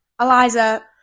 Eliza